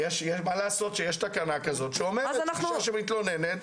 יש תקנה שאומרת שאישה שמתלוננת